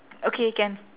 okay can